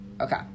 Okay